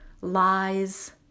lies